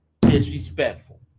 Disrespectful